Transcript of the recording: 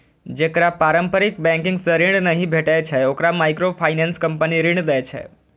जेकरा पारंपरिक बैंकिंग सं ऋण नहि भेटै छै, ओकरा माइक्रोफाइनेंस कंपनी ऋण दै छै